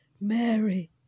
Mary